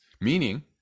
Meaning